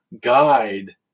guide